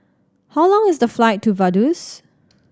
how long is the flight to Vaduz